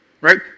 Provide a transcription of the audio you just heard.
right